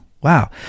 Wow